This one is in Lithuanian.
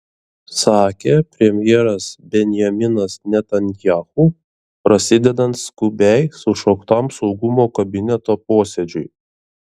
sakė premjeras benjaminas netanyahu prasidedant skubiai sušauktam saugumo kabineto posėdžiui